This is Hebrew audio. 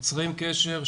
יוצרים קשר,